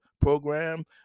program